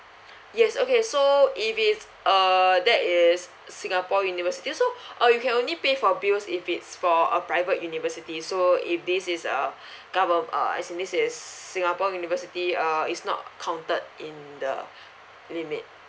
yes okay so if it's uh that is singapore university oh or you can only pay for bills if it's for a private university so if this is a gover~ uh as in this is singapore university uh is not counted in the limit